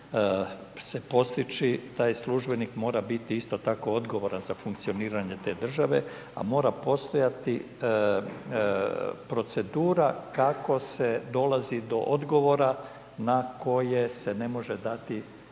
se postići, taj službenik, mora biti isto tako odgovoran za funkcioniranje te države, a mora postojati procedura kako se dolazi do odgovora, na koje se ne može dati